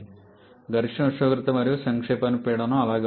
గరిష్ట ఉష్ణోగ్రత మరియు సంక్షేపణ పీడనం అలాగే ఉంటాయి